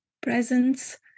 presence